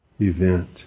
event